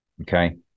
Okay